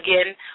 Again